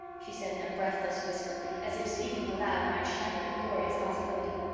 she said, in a breathless whisper, as if speaking aloud might shatter the glorious possibility.